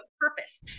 purpose